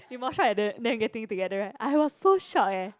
you more shocked at the them getting together right I was so shocked eh